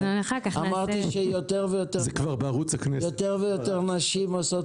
אז אחר כך נעשה --- אמרתי שיותר ויותר נשים עושות